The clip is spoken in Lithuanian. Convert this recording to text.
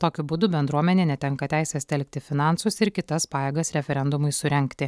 tokiu būdu bendruomenė netenka teisės telkti finansus ir kitas pajėgas referendumui surengti